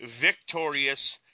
victorious